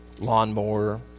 lawnmower